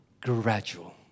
Gradual